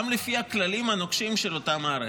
גם לפי הכללים הנוקשים של אותה מערכת.